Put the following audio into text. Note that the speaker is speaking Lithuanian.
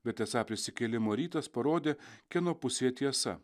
bet esą prisikėlimo rytas parodė kieno pusėje tiesa